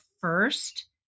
first